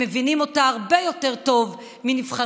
הם מבינים אותה הרבה יותר טוב מנבחרי